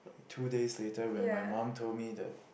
two days later when my mum told me that